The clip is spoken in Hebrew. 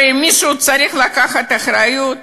הרי אם מישהו צריך לקחת אחריות,